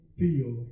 feel